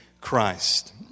Christ